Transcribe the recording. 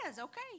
Okay